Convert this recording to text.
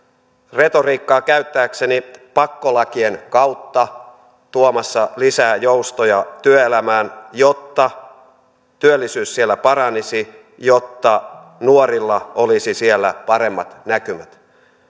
retoriikkaa käyttääkseni pakkolakien kautta tuomassa lisää joustoja työelämään jotta työllisyys siellä paranisi jotta nuorilla olisi siellä paremmat näkymät